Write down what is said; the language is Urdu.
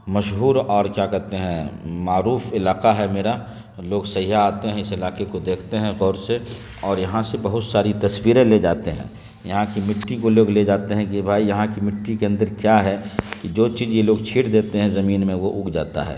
مشہور اور کیا کہتے ہیں معروف علاقہ ہے میرا لوگ سیاح آتے ہیں اس علاقے کو دیکھتے ہیں غور سے اور یہاں سے بہت ساری تصویریں لے جاتے ہیں یہاں کی مٹی کو لوگ لے جاتے ہیں کہ بھائی یہاں کی مٹی کے اندر کیا ہے کہ جو چیز یہ لوگ چھیٹ دیتے ہیں زمین میں وہ اگ جاتا ہے